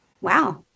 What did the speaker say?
Wow